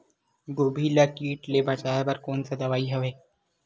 गोभी ल कीट ले बचाय बर कोन सा दवाई हवे?